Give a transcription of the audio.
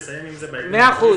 לסיים עם זה בהקדם האפשרי.